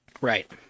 Right